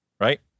right